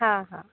हा हा